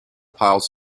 piles